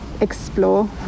explore